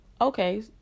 okay